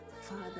father